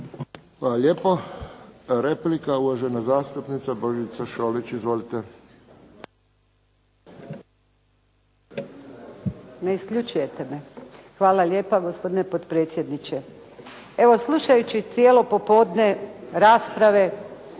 Hvala lijepo. Replika uvažena zastupnica Božica Šolić. Izvolite. **Šolić, Božica (HDZ)** Ne isključujete me. Hvala lijepa gospodine potpredsjedniče. Evo slušajući cijelo popodne rasprave